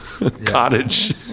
Cottage